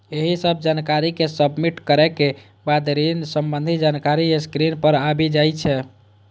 एहि सब जानकारी कें सबमिट करै के बाद ऋण संबंधी जानकारी स्क्रीन पर आबि जाइ छै